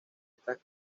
estas